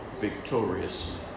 victorious